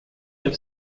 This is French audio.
neuf